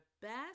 best